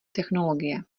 technologie